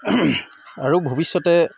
আৰু ভৱিষ্যতে